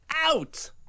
out